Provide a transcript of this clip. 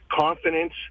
confidence